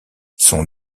son